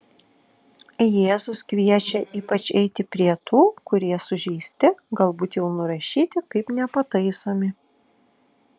jėzus kviečia ypač eiti prie tų kurie sužeisti galbūt jau nurašyti kaip nepataisomi